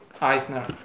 Eisner